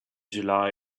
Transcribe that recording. july